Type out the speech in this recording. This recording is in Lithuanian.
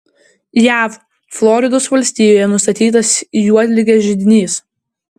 jav floridos valstijoje nustatytas juodligės židinys